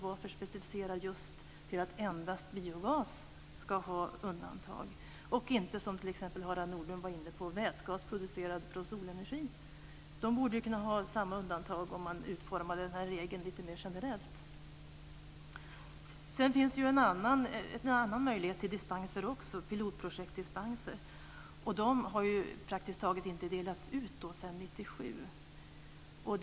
Varför specificera just till att endast biogas ska ha undantag och inte, som Harald Nordlund var inne på, t.ex. vätgas producerad från solenergi? De borde kunna ha samma undantag, om man utformar den här regeln mer generellt. Den andra möjligheten till dispens är pilotprojektsdispenser. De har praktiskt taget inte delats ut sedan 1997.